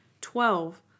Twelve